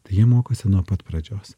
tai jie mokosi nuo pat pradžios